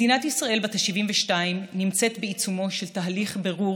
מדינת ישראל בת ה-72 נמצאת בעיצומו של תהליך בירור